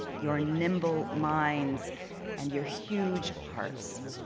your nimble minds and your huge hearts.